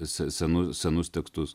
se senu senus tekstus